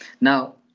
Now